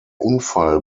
unfall